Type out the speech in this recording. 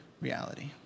reality